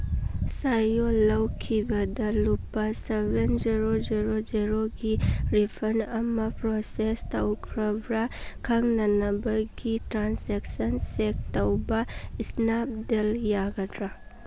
ꯆꯌꯣꯜ ꯂꯧꯈꯤꯕꯗ ꯂꯨꯄꯥ ꯁꯚꯦꯟ ꯖꯦꯔꯣ ꯖꯦꯔꯣ ꯖꯦꯔꯣꯒꯤ ꯔꯤꯐꯟ ꯑꯃ ꯄ꯭ꯔꯣꯁꯦꯁ ꯇꯧꯈ꯭ꯔꯕ꯭ꯔꯥ ꯈꯪꯅꯅꯕꯒꯤ ꯇ꯭ꯔꯥꯟꯁꯦꯛꯁꯟ ꯆꯦꯛ ꯇꯧꯕ ꯏꯁꯅꯦꯞꯗꯤꯜ ꯌꯥꯒꯗ꯭ꯔꯥ